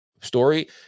story